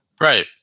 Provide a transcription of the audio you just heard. Right